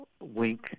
wink